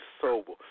sober